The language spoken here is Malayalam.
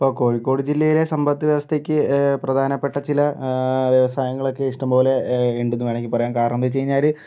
ഇപ്പോൾ കോഴിക്കോട് ജില്ലയിലെ സമ്പദ് വ്യവസ്ഥയ്ക്ക് പ്രധാനപ്പെട്ട ചില വ്യവസായങ്ങളൊക്കെ ഇഷ്ടം പോലെ ഉണ്ടെന്ന് വേണമെങ്കിൽ പറയാം കാരണം എന്താണെന്നു വെച്ചു കഴിഞ്ഞാൽ